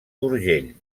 d’urgell